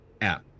app